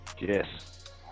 Yes